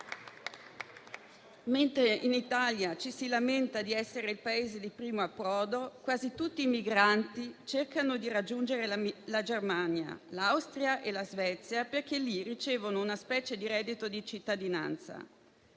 Mentre in Italia ci si lamenta di essere il Paese di primo approdo, quasi tutti i migranti cercano di raggiungere la Germania, l'Austria e la Svezia, perché lì ricevono una specie di reddito di cittadinanza,